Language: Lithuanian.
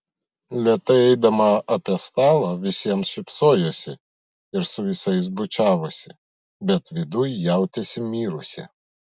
lėtai eidama apie stalą visiems šypsojosi ir su visais bučiavosi bet viduj jautėsi mirusi